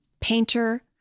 painter